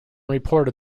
reported